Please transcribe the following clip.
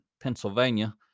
Pennsylvania